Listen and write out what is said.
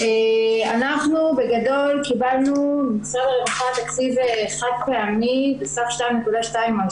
אנחנו בגדול קיבלנו ממשרד הרווחה תקציב חד פעמי בסך 2.2 מיליון